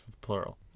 plural